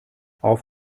auf